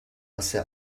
واسه